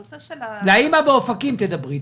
הנושא --- לאם באופקים תדברי,